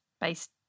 based